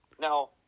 Now